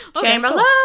Chamberlain